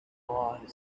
boy